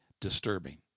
disturbing